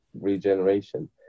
regeneration